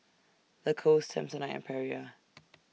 Lacoste Samsonite and Perrier